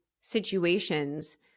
situations